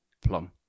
plum